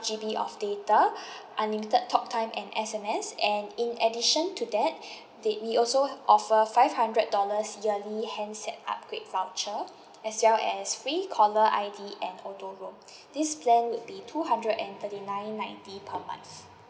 G_B of data unlimited talk time and S_M_S and in addition to that that th~ we also offer five hundred dollars yearly handset upgrade voucher as well as free caller I_D and auto roam this plan would be two hundred and thirty nine ninety per month